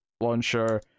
launcher